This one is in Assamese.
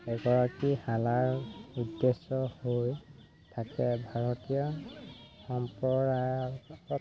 এগৰাকী শালাৰ উদ্দেশ্য হৈ থাকে ভাৰতীয় সম্প্ৰদায়ত